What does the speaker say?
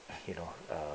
you know err